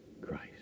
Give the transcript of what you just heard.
Christ